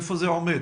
איפה זה עומד?